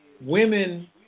women